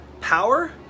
power